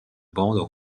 bandes